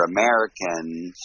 Americans